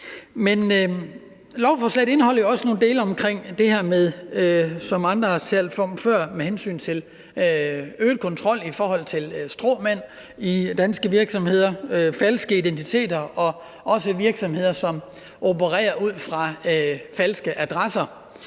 Men lovforslaget indeholder jo også nogle dele om det her, som andre har talt om før, med øget kontrol i forhold til stråmænd i danske virksomheder, falske identiteter, og også virksomheder, som opererer fra falske adresser.